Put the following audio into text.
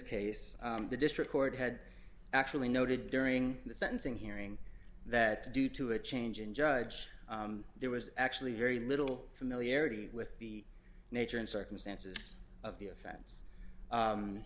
case the district court had actually noted during the sentencing hearing that due to a change in judge there was actually very little familiarity with the nature and circumstances of the offense